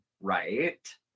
right